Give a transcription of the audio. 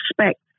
respect